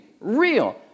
real